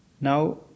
now